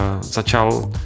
začal